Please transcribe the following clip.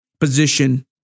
position